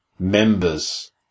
members